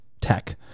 tech